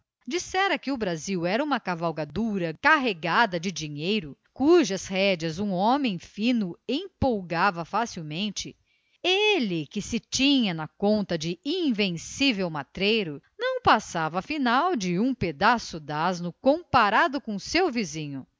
dissera que o brasil era uma cavalgadura carregada de dinheiro cujas rédeas um homem fino empolgava facilmente ele que se tinha na conta de invencível matreiro não passava afinal de um pedaço de asno comparado com o seu vizinho